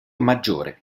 maggiore